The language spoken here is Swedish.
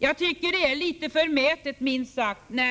Det är minst sagt litet